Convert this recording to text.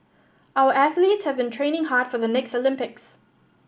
our athletes have been training hard for the next Olympics